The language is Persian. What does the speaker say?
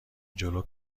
جلو